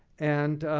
and